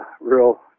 real